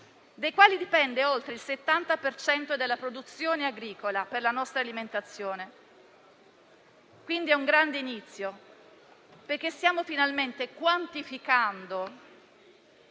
dai quali dipende oltre il 70 per cento della produzione agricola per la nostra alimentazione. È un grande inizio perché stiamo finalmente quantificando